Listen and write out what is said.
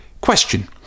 Question